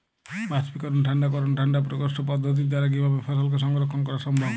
বাষ্পীকরন ঠান্ডা করণ ঠান্ডা প্রকোষ্ঠ পদ্ধতির দ্বারা কিভাবে ফসলকে সংরক্ষণ করা সম্ভব?